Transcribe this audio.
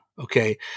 okay